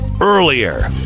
earlier